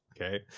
Okay